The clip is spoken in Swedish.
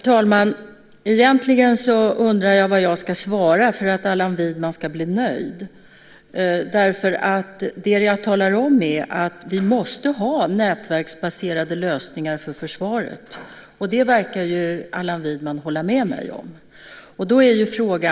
Herr talman! Jag undrar egentligen vad jag ska svara för att Allan Widman ska bli nöjd. Det jag talar om är att vi måste ha nätverksbaserade lösningar för försvaret, och det verkar Allan Widman hålla med mig om.